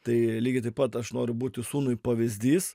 tai lygiai taip pat aš noriu būti sūnui pavyzdys